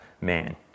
man